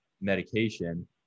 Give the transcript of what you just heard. medication